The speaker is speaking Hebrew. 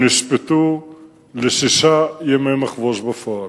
הם נשפטו לשישה ימי מחבוש בפועל.